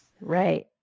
Right